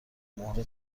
مهر